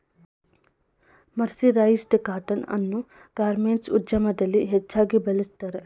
mercerised cotton ಅನ್ನು garments ಉದ್ಯಮದಲ್ಲಿ ಹೆಚ್ಚಾಗಿ ಬಳ್ಸತ್ತರೆ